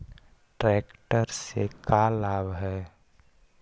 Tractor से का लाभ है?